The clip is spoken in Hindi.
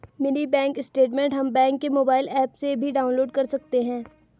मिनी बैंक स्टेटमेंट हम बैंक के मोबाइल एप्प से भी डाउनलोड कर सकते है